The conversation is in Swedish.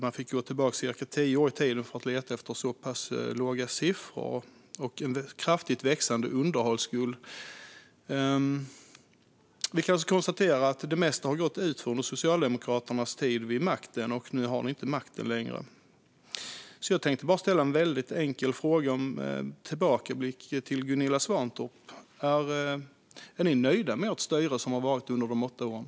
Man får gå tillbaka cirka tio år för att hitta så pass låga siffror. Det finns också en kraftig underhållsskuld. Vi kan konstatera att det mesta har gått utför under Socialdemokraternas tid vid makten. Nu har man inte makten längre. Jag vill därför ställa en enkel fråga till Gunilla Svantorp som är tillbakablickande. Är ni nöjda med ert styre under de åtta år som har varit?